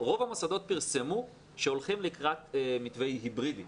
רוב המוסדות פרסמו שהולכים לקראת מתווה היברידי,